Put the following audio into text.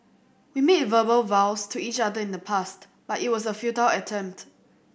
we made verbal vows to each other in the past but it was a futile attempt